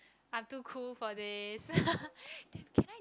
I'm too cool for this then can I just